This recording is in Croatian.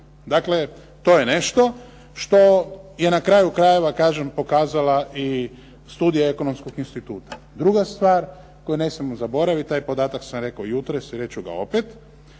Dakle, to je nešto što je na kraju krajeva kažem pokazala i studija Ekonomskog instituta. Druga stvar koju ne smijemo zaboraviti. Taj podatak sam rekao i jutros i reći ću ga opet,